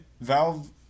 Valve